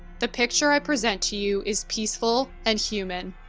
the picture i present to you is peaceful and human.